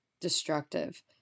destructive